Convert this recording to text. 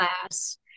class